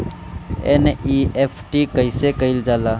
NEFT कइसे कइल जाला?